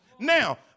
Now